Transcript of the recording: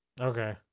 Okay